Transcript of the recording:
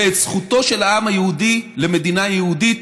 ואת זכותו של העם היהודי למדינה יהודית